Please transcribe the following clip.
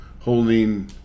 holding